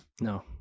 No